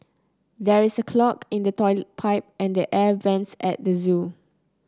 there is a clog in the toilet pipe and the air vents at the zoo